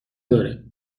داره